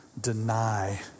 Deny